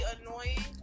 annoying